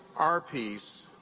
our peace,